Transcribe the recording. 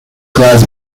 class